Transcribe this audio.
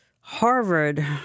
Harvard